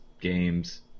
games